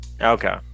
Okay